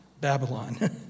Babylon